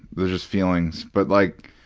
they're just feelings. but, like,